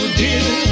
dear